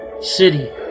city